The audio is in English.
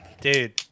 Dude